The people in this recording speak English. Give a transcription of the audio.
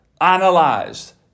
analyzed